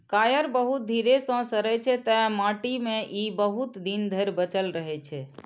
coir बहुत धीरे सं सड़ै छै, तें माटि मे ई बहुत दिन धरि बचल रहै छै